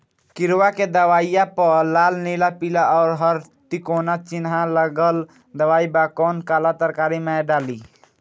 किड़वा के दवाईया प लाल नीला पीला और हर तिकोना चिनहा लगल दवाई बा कौन काला तरकारी मैं डाली?